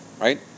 right